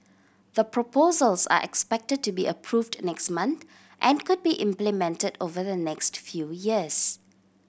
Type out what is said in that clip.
the proposals are expected to be approved next month and could be implemented over the next few years